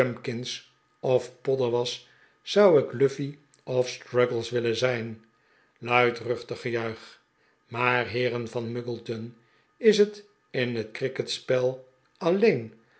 of p odder was zou ik luffey of struggles willen zijn luidruchtig gejuich maar heeren van muggleton is het in het cricketspel alleen